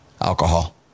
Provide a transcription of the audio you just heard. Alcohol